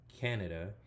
Canada